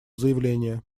заявление